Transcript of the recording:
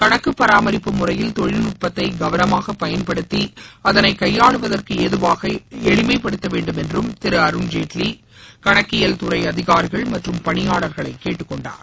கணக்கு பராமரிப்பு முறையில் தொழிற்நுட்பத்தை கவனமாக பயன்படுத்தி அதளை கையாளுவதற்கு ஏதுவாக எளிமை படுத்தவேண்டும் என்றும் திரு அருண்ஜேட்லி கணக்கியல் துறை அதிகாரிகள் மற்றும் பணியாளர்களை கேட்டுக்கொண்டார்